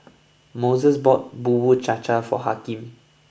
Mose bought Bubur Cha Cha for Hakeem